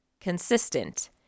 consistent